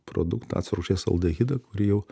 produktą acto rūgšties aldehidą kurį jau